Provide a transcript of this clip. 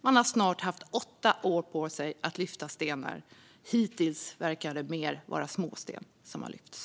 Man har snart haft åtta år på sig att lyfta stenar, hittills verkar det vara mer vara småsten som har lyfts.